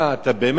מה, אתה באמת?